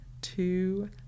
two